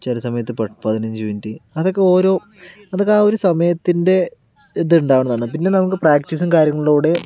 ചില സമയത്ത് പെ പതിനഞ്ച് മിനിറ്റ് അതൊക്കെ ഓരോ അതൊക്കെ ആ ഒരു സമയത്തിന്റെ ഇതുണ്ടാവണതാണ് പിന്നെ നമുക്ക് പ്രാക്ടീസും കാര്യങ്ങളിലൂടെ